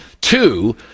two